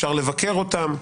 אפשר לבקר אותם,